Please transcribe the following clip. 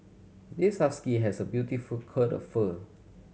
this husky has a beautiful coat of fur